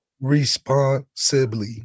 Responsibly